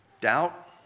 doubt